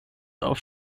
auf